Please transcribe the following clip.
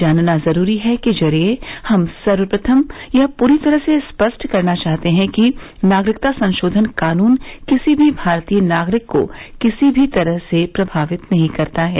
जानना जरूरी है के जरिये हम सर्वप्रथम यह पूरी तरह से स्पष्ट करना चाहते हैं कि नागरिकता संशोधन कानून किसी भी भारतीय नागरिक को किसी भी तरह से प्रभावित नहीं करता है